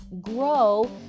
grow